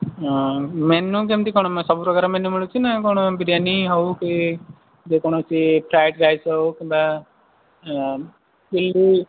ହଁ ମେନୁ କେମିତି କ'ଣ ନା ସବୁ ପ୍ରକାର ମେନୁ ମିଳୁଛିନା କ'ଣ ବିରିୟାନି ହେଉ କି ଯେକୌଣସି ଫ୍ରାଏଡ଼୍ ରାଇସ୍ ହେଉ କିମ୍ବା ଏଇ